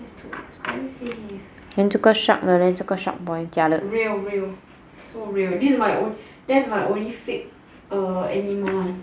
it's too expensive then 这个 shark 的 leh 这个 shark boy 假的 real real it's also real this is my that's my only err fake animal one